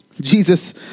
Jesus